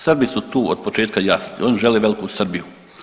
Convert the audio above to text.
Srbi su to od početka jasni oni žele veliku Srbiju.